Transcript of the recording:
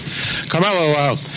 Carmelo